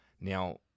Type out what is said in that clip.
now